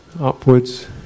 upwards